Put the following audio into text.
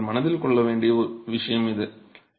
எனவே நீங்கள் மனதில் கொள்ள வேண்டிய ஒரு விஷயம் இது